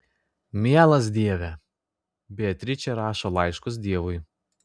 mielas dieve beatričė rašo laiškus dievui